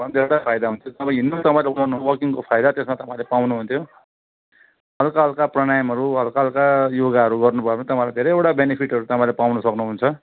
अन्त एउटा फाइदा हुन्छ तपाईँ हिँड्नु तपाईँको वकिङको फाइदा त्यसमा तपाईँले पाउनु हुन्थ्यो हल्का हल्का प्रणायामहरू हल्का हल्का योगाहरू गर्नुभयो भने तपाईँलाई धेरैवटा बेनिफिटहरू तपाईँले पाउनु सक्नुहुन्छ